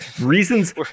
reasons